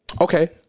Okay